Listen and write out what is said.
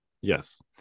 Yes